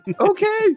Okay